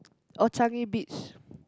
or Changi-Beach